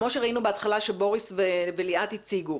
כמו שראינו בהתחלה שבוריס וליאת הציגו,